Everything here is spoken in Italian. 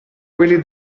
quelli